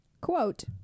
Quote